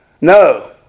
No